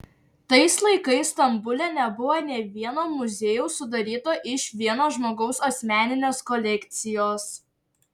tais laikais stambule nebuvo nė vieno muziejaus sudaryto iš vieno žmogaus asmeninės kolekcijos